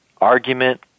argument